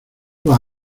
vas